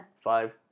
five